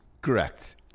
Correct